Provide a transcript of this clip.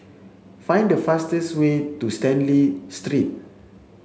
find the fastest way to Stanley Street